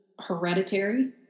hereditary